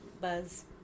Buzz